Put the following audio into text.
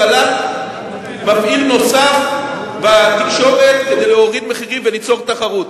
הפעלת מפעיל נוסף בתקשורת כדי להוריד מחירים וליצור תחרות.